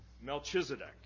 Melchizedek